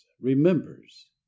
remembers